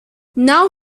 now